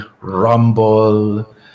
rumble